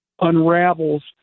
unravels